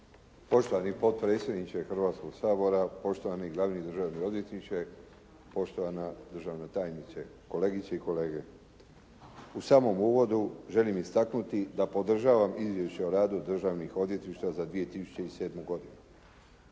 Poštovani potpredsjedniče Hrvatskoga sabora, poštovani Glavni državni odvjetniče, poštovana državna tajnice, kolegice i kolege. U samom uvodu želim istaknuti da podržavam Izvješće o radu državnih odvjetništva za 2007. godinu.